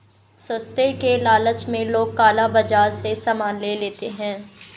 सस्ते के लालच में लोग काला बाजार से सामान ले लेते हैं